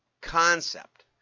concept